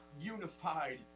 unified